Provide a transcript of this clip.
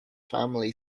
family